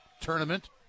Tournament